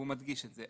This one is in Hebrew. והוא מדגיש את זה,